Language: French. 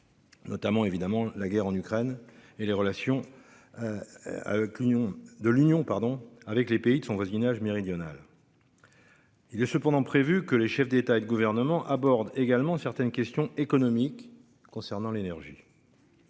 évidemment, la guerre en Ukraine et les relations. Que l'union de l'Union pardon avec les pays de son voisinage méridional. Il est cependant prévu que les chefs d'État et de gouvernement aborde également certaines questions économiques concernant l'énergie.